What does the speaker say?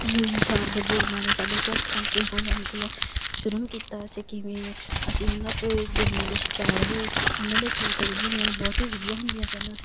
ਮਤਲਵ ਜਾਰਬ ਜ਼ੁਲਮਾਂ ਨੇ ਸਾਡੇ ਇਤਿਹਾਸ ਨਾਲ ਕਿਹੋ ਜਿਹਾ ਮਤਲਵ ਜ਼ੁਲਮ ਕੀਤਾ ਸੀ ਕਿਵੇਂ ਅਸੀਂ ਉਹਨਾਂ ਦੇ ਜ਼ੁਲਮਾਂ ਦੇ ਸ਼ਿਕਾਰ ਹੋਏ ਉਹਨਾਂ ਦੀਆਂ ਕਵਿਤਾ ਜਿਹੜੀਆਂ ਹੁੰਦੀਆਂ ਹਨ ਬਹੁਤ ਹੀ ਵਧੀਆ ਹੁੰਦੀਆਂ ਸਨ